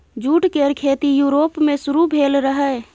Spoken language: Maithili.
जूट केर खेती युरोप मे शुरु भेल रहइ